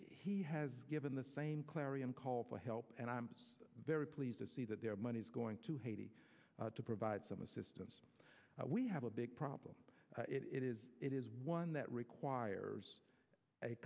he has given the same clarion call for help and i'm very pleased to see that their money is going to haiti to provide some assistance we have a big problem it is it is one that requires a